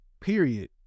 period